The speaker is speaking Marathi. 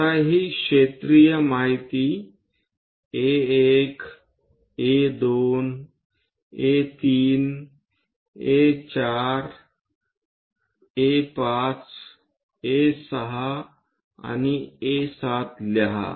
आता ही क्षेत्रीय माहिती A1 A2 A3 A4 5 6 7 लिहा